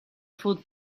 food